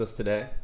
today